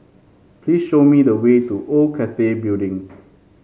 please show me the way to Old Cathay Building